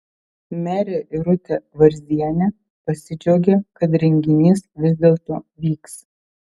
merė irutė varzienė pasidžiaugė kad renginys vis dėlto vyks